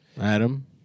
Adam